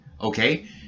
Okay